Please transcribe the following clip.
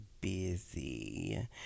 busy